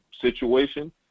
situation